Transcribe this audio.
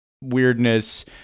weirdness